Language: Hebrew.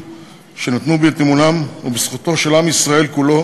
שנתנו בי את אמונם ובזכותו של עם ישראל כולו